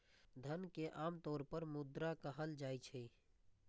धन कें आम तौर पर मुद्रा कहल जाइ छै